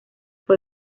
fue